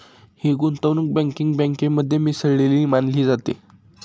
ही गुंतवणूक बँकिंग बँकेमध्ये मिसळलेली मानली जाते